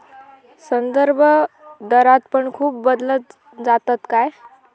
संदर्भदरात पण खूप बदल जातत काय?